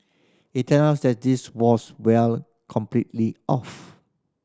it turns out that this was well completely off